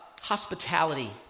hospitality